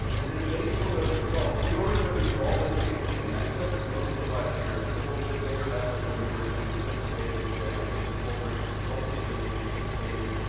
and then, based on those results, so we ordered em to do all this sampling, and that took most of last year. it was a little bit bigger effort than we originally anticipated, than i think wolverine's consultants originally anticipated.